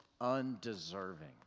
undeserving